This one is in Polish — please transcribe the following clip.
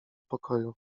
pokoju